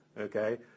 okay